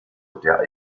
der